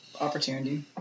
opportunity